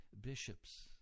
bishops